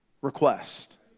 request